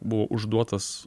buvo užduotas